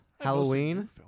Halloween